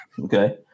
okay